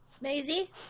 Maisie